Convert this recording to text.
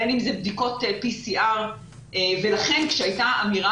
בין אם אלה בדיקות PCR ולכן כשהייתה אמירה